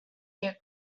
their